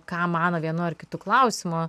ką mano vienu ar kitu klausimu